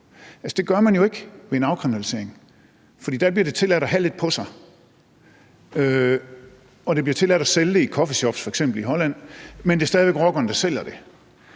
Det gør man jo ikke ved en afkriminalisering, for der bliver det tilladt at have lidt på sig, og det bliver tilladt at sælge det i coffeeshops i f.eks. Holland. Men det er stadig væk rockerne, der sælger det.